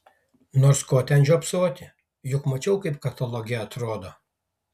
nors ko ten žiopsoti juk mačiau kaip kataloge atrodo